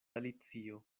alicio